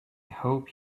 hope